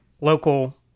local